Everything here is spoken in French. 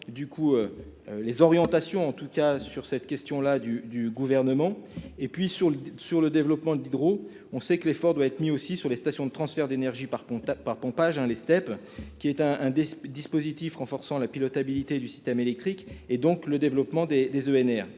du coup, les orientations en tout cas sur cette question là du du gouvernement et puis sur le, sur le développement d'Hydro-on sait que l'effort doit être mis aussi sur les stations de transfert d'énergie par contact par pompage hein les steppes qui est un un des dispositifs renforçant la pilote habilité du système électrique, et donc le développement des des